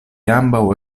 ambaŭ